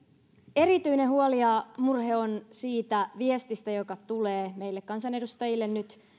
erityinen huoli ja murhe on siitä viestistä joka tulee meille kansanedustajille nyt